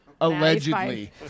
Allegedly